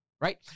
right